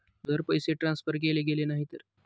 जर पैसे ट्रान्सफर केले गेले नाही तर?